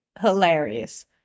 hilarious